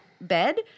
Bed